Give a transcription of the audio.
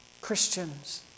Christians